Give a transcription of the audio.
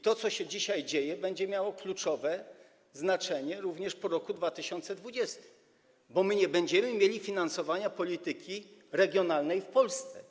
To, co się dzisiaj dzieje, będzie miało kluczowe znaczenie po roku 2020, bo nie będziemy mieli wtedy finansowania polityki regionalnej w Polsce.